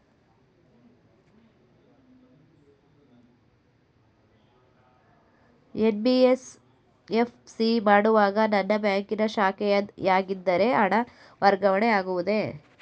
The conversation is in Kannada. ಎನ್.ಬಿ.ಎಫ್.ಸಿ ಮಾಡುವಾಗ ನನ್ನ ಬ್ಯಾಂಕಿನ ಶಾಖೆಯಾಗಿದ್ದರೆ ಹಣ ವರ್ಗಾವಣೆ ಆಗುವುದೇ?